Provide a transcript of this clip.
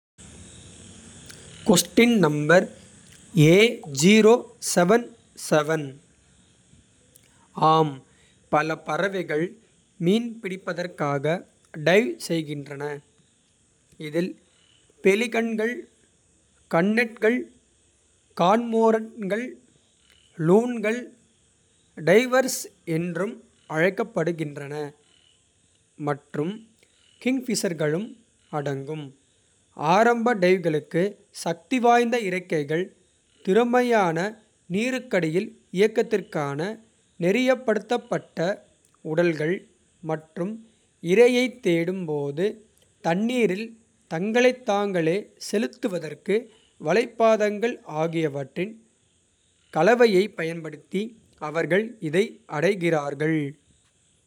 ஆம் பல பறவைகள் மீன் பிடிப்பதற்காக டைவ் செய்கின்றன. இதில் பெலிகன்கள் கன்னட்கள் கார்மோரண்ட்கள். லூன்கள் டைவர்ஸ் என்றும் அழைக்கப்படுகின்றன. மற்றும் கிங்ஃபிஷர்களும் அடங்கும். ஆரம்ப டைவ்களுக்கு சக்திவாய்ந்த இறக்கைகள். திறமையான நீருக்கடியில் இயக்கத்திற்கான நெறிப்படுத்தப்பட்ட. உடல்கள் மற்றும் இரையைத் தேடும் போது தண்ணீரில். தங்களைத் தாங்களே செலுத்துவதற்கு வலைப் பாதங்கள். ஆகியவற்றின் கலவையைப் பயன்படுத்தி அவர்கள் இதை அடைகிறார்கள்.